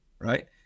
right